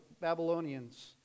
Babylonians